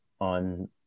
on